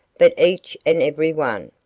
but each and every one,